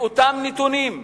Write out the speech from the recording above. ואותם נתונים,